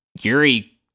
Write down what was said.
Yuri